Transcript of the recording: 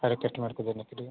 सारे कस्टमर को देने के लिए